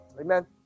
Amen